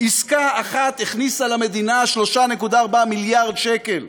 עסקה אחת, הכניסה למדינה 3.4 מיליארד שקל.